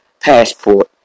passport